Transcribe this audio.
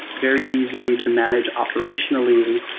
very easy to manage operationally.